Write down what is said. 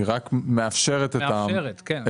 היא רק מאפשרת להגיע עם תקנות.